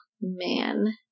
man